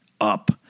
up